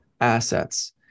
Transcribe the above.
assets